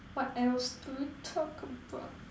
what else do we talk about